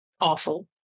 Awful